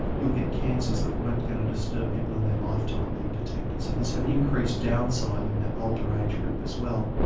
you'll get cancers that weren't going to disturb people in their lifetime being detected. so there's an increased downside in that older age group as well.